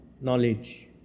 knowledge